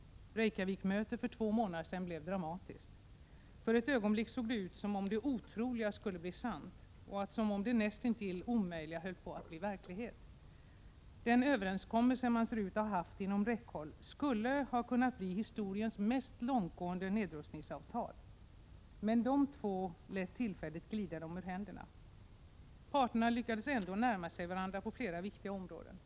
Reykjavikmötet för två månader sedan blev dramatiskt. För ett ögonblick såg det ut som om det otroliga skulle bli sant och som om det näst intill omöjliga höll på att bli verklighet. Den överenskommelse man ser ut att ha haft inom räckhåll skulle ha kunnat bli historiens mest långtgående nedrustningsavtal. Men de två lät tillfället glida dem ur händerna. Parterna lyckades ändå närma sig varandra på flera viktiga områden.